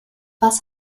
was